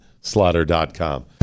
slaughter.com